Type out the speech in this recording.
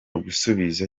gusubiza